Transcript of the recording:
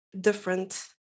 different